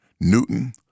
newton